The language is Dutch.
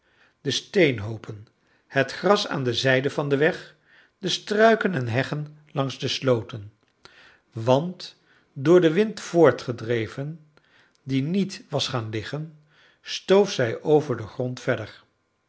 de steenhoopen het gras aan de zijden van den weg de struiken en heggen langs de slooten want door den wind voortgedreven die niet was gaan liggen stoof zij over den grond verder